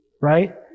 right